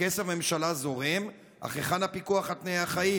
הכסף מהממשלה זורם, אך היכן הפיקוח על תנאי החיים?